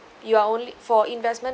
you are only for investment